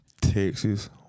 Texas